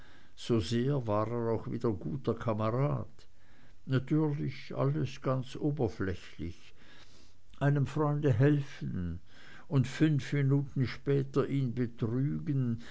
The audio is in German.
so sehr war er auch wieder guter kamerad natürlich alles ganz oberflächlich einem freunde helfen und fünf minuten später ihn betrügen